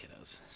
kiddos